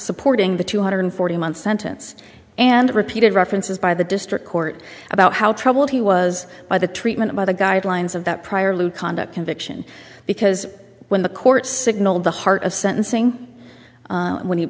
supporting the two hundred forty month sentence and repeated references by the district court about how troubled he was by the treatment by the guidelines of that prior lewd conduct conviction because when the court signaled the heart of sentencing when